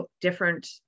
different